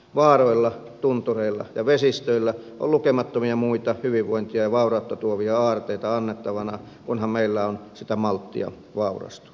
vaaroilla tuntureilla ja vesistöillä on lukemattomia muita hyvinvointia ja vaurautta tuovia aarteita annettavana kunhan meillä on sitä malttia vaurastua